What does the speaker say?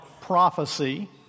prophecy